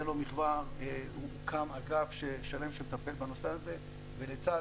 זה לא מכבר הוקם אגף שלם שמטפל בנושא הזה ולצד